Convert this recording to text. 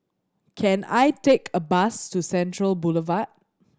can I take a bus to Central Boulevard